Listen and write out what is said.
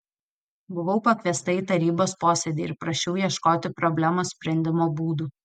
buvau pakviesta į tarybos posėdį ir prašiau ieškoti problemos sprendimo būdų